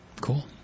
Cool